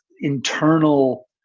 internal